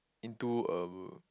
into a